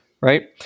right